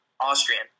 Austrian